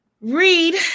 read